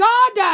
God